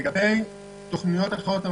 לגבי תוכניות אחרות,